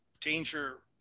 danger